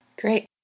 Great